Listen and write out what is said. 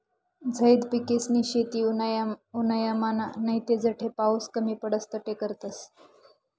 झैद पिकेसनी शेती उन्हायामान नैते जठे पाऊस कमी पडस तठे करतस